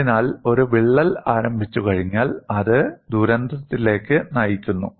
അതിനാൽ ഒരു വിള്ളൽ ആരംഭിച്ചുകഴിഞ്ഞാൽ അത് ദുരന്തത്തിലേക്ക് നയിക്കുന്നു